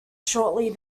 shortly